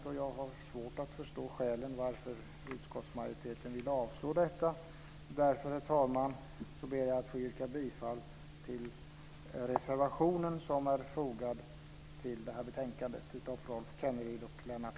Jag har svårt att förstå skälen till att utskottsmajoriteten vill avslå detta. Därför, herr talman, ber jag att få yrka bifall till den reservation som är fogad till detta betänkande av Rolf Kenneryd och Lennart